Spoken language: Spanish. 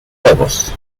juegos